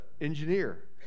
engineer